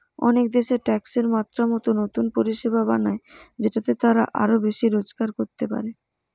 অনেক দেশ ট্যাক্সের মাত্রা মতো নতুন পরিষেবা বানায় যেটাতে তারা আরো বেশি রোজগার করতে পারে